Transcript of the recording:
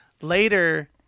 later